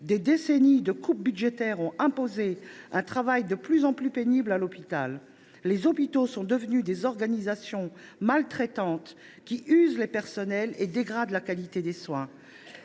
Des décennies de coupes budgétaires ont imposé un travail de plus en plus pénible dans les hôpitaux. Ceux ci sont devenus des organisations maltraitantes qui usent les personnels et dégradent la qualité des soins.